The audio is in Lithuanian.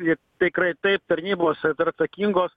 ir tikrai taip tarnybos yra atsakingos